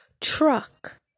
truck